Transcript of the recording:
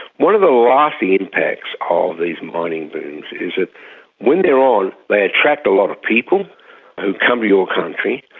one of the lasting impacts of these mining booms is that when they are on they attract a lot of people who come to your country,